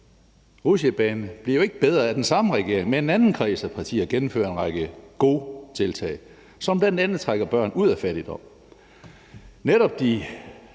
rutsjebane, bliver jo ikke bedre af, at den samme regering med en anden kreds af partier gennemfører en række gode tiltag, som bl.a. trækker børn ud af fattigdom. Netop de